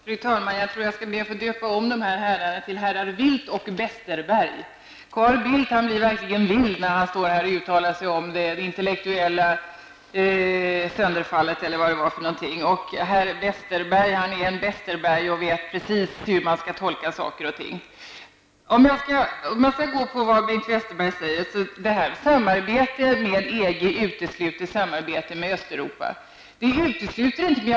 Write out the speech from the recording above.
Fru talman! Jag skall be att få döpa om dessa två herrar till herr Wildt och herr Besterberg. Carl Bildt blir verkligen vild när han uttalar sig om vänsterpartiets intellektuella sammanbrott. Herr Westerberg är en Besterberg och vet precis hur man skall tolka saker och ting. Först till Bengt Westerberg. Samarbetet med EG utesluter samarbete med Östeuropa, säger han. Det utesluter inte det.